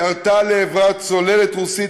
ירתה לעברה צוללת רוסית,